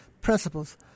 principles